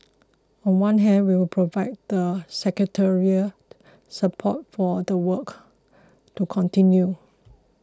on one hand we'll provide the secretariat support for the work to continue